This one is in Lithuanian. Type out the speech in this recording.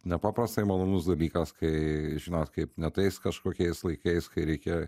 nepaprastai malonus dalykas kai žinot kaip ne tais kažkokiais laikais kai reikia